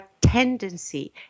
tendency